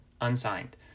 unsigned